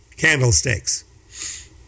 candlesticks